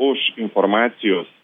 už informacijos